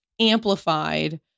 amplified